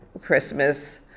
Christmas